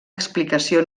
explicació